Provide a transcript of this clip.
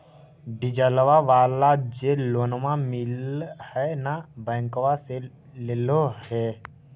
डिजलवा वाला जे लोनवा मिल है नै बैंकवा से लेलहो हे?